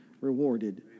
rewarded